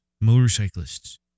motorcyclists